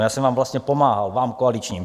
Já jsem vám vlastně pomáhal, vám koaličním.